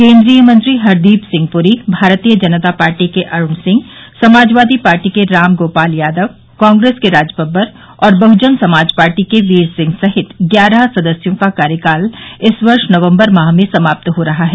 केन्द्रीय मंत्री हरदीप सिंह पुरी भारतीय जनता पार्टी के अरूण सिंह समाजवादी पार्टी के राम गोपाल यादव कांग्रेस के राज बब्बर और बहुजन समाज पार्टी के वीर सिंह सहित ग्यारह सदस्यों का कार्यकाल इस वर्ष नवम्बर माह में समाप्त हो रहा है